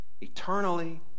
eternally